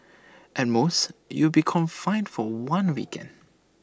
at most you'll be confined for one weekend